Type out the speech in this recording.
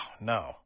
no